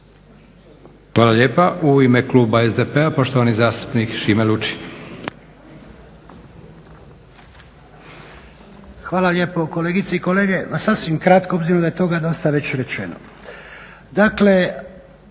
Hvala lijepa. U ime kluba SDP-a, poštovani zastupnik Šime Lučin. **Lučin, Šime (SDP)** Hvala lijepo. Kolegice i kolege, sasvim kratko s obzirom da je toga dosta već rečeno.